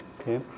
Okay